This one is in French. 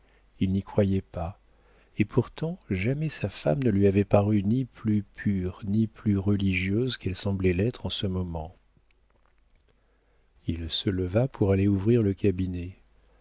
il n'y croyait pas et pourtant jamais sa femme ne lui avait paru ni plus pure ni plus religieuse qu'elle semblait l'être en ce moment il se leva pour aller ouvrir le cabinet